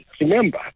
Remember